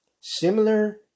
similar